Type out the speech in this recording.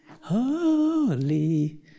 holy